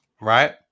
Right